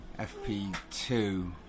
FP2